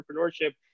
entrepreneurship